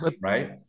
right